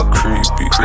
creepy